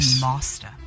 master